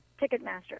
Ticketmaster